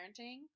parenting